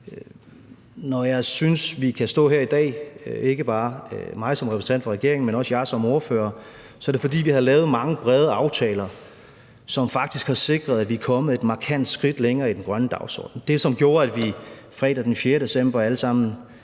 Når vi kan stå her i dag – ikke bare mig som repræsentant for regeringen, men også jer som ordførere – er det, fordi vi har lavet mange brede aftaler, som faktisk har sikret, at vi er kommet et markant skridt længere i den grønne dagsorden, altså det, som gjorde, at vi fredag den 4. december alle sammen